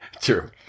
True